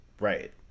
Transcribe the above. Right